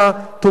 תום לב,